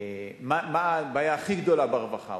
מה הבעיה הכי גדולה ברווחה.